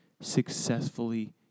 successfully